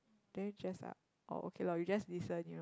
then just like oh okay la we just listen you know